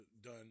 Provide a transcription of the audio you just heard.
done